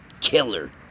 killer